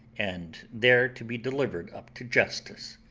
and there to be delivered up to justice,